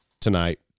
tonight